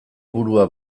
burua